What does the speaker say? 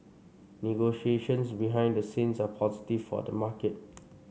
negotiations behind the scenes are positive for the market